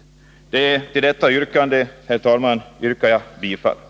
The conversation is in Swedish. Herr talman! Jag hemställer om bifall till detta yrkande.